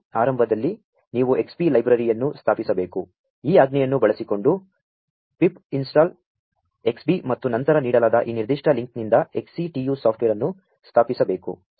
ಆರಂ ಭದಲ್ಲಿ ನೀ ವು Xbee ಲೈ ಬ್ರ ರಿಯನ್ನು ಸ್ಥಾ ಪಿಸಬೇ ಕು ಈ ಆಜ್ಞೆಯನ್ನು ಬಳಸಿಕೊಂ ಡು ಪಿಪ್ ಇನ್ಸ್ಟಾ ಲ್ Xbee ಮತ್ತು ನಂ ತರ ನೀ ಡಲಾ ದ ಈ ನಿರ್ದಿ ಷ್ಟ ಲಿಂ ಕ್ನಿಂ ದ XCTU ಸಾ ಫ್ಟ್ವೇ ರ್ ಅನ್ನು ಸ್ಥಾ ಪಿಸಬೇ ಕು